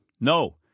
No